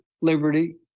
Liberty